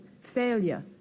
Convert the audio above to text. failure